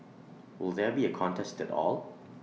would there be A contest at all